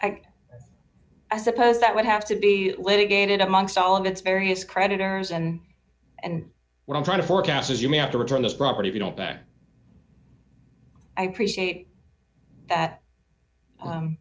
d i suppose that would have to be litigated amongst all of its various creditors and and what i'm trying to forecast is you may have to return this property if you don't back i appreciate that